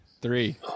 Three